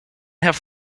have